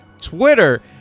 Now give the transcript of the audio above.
Twitter